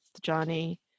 Johnny